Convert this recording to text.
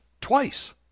twice